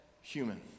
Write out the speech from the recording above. human